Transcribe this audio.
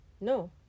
No